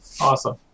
Awesome